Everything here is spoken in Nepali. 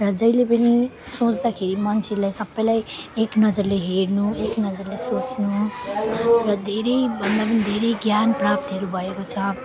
र जहिले पनि सोच्दाखेरि मान्छेलाई सबैलाई एक नजरले हेर्नु एक नजरले सोच्नु र धेरैभन्दा पनि धेरै ज्ञान प्राप्तहरू भएको छ